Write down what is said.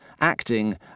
acting